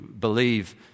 believe